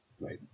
Right